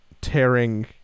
tearing